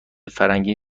فرنگی